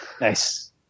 Nice